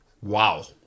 Wow